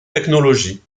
technologies